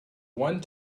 one